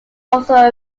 also